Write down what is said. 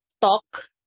talk